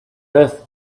earth